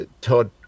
Todd